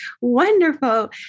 wonderful